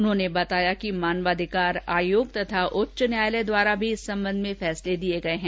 उन्होंने बताया कि मानवाधिकार आयोग तथा उच्च न्यायालय द्वारा भी इस संबंध में फैसले दिये गये हैं